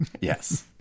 Yes